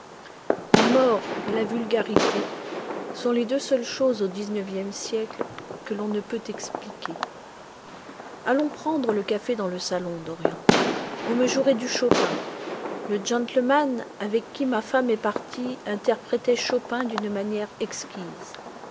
la mort et la vulgarité sont les deux seules choses au dix-neuvième siècle que l'on ne peut expliquer allons prendre le café dans le salon dorian vous me jouerez du chopin le gentleman avec qui ma femme est partie interprétait chopin d'une manière exquise